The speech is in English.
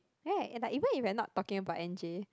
right like even if you are not talking about N_J